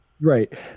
Right